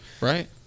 right